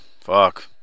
fuck